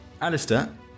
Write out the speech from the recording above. Alistair